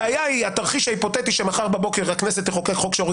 התרחיש ההיפותטי שמחר בבוקר הכנסת תחוקק חוק שהורג